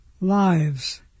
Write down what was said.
lives